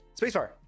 Spacebar